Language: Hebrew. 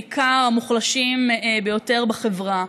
בעיקר המוחלשים ביותר בחברה.